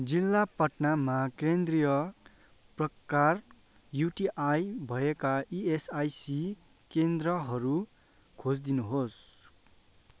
जिल्ला पटनामा केन्द्रीय प्रकार युटिआई भएका इएसआइसी केन्द्रहरू खोजिदिनु होस्